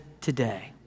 today